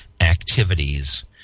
activities